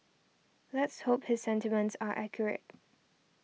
let's hope his sentiments are accurate